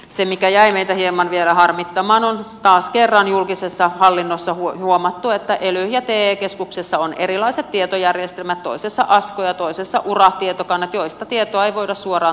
se mikä jäi meitä hieman vielä harmittamaan on se että on taas kerran julkisessa hallinnossa huomattu että ely ja te keskuksissa on erilaiset tietojärjestelmät toisissa asko ja toisissa ura tietokannat joista tietoa ei voida suoraan toisiinsa siirtää